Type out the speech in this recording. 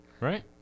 right